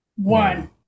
one